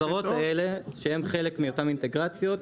אלה החברות האלה שהן חלק מאותן אינטגרציות.